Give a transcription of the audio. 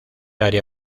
área